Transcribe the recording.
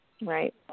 Right